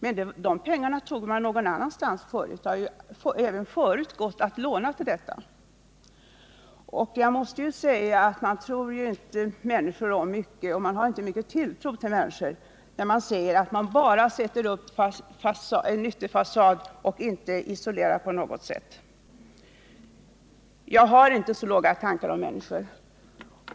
Men de pengarna tog man förut någon annanstans; det har ju även förut gått att låna till detta. Man har inte mycket tilltro till människor när man säger att de bara sätter upp en ny fasad och inte isolerar. Så låga tankar har inte jag om människor.